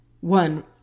one